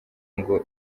ngo